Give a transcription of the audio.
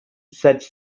such